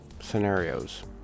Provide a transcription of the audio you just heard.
scenarios